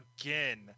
again